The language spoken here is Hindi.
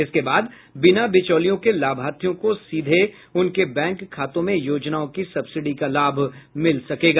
इसके बाद बिना बिचौलियों के लाभार्थियों को सीधे उनके बैंक खातों में योजनाओं की सब्सिडी का लाभ मिल सकेगा